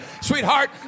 Sweetheart